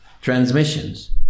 transmissions